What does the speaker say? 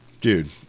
Dude